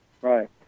right